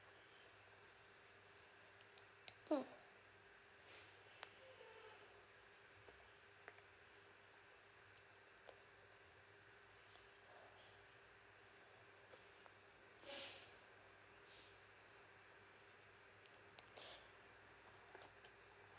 mm